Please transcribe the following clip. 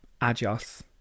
adios